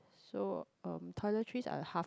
so um toiletries are half